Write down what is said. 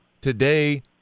Today